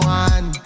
one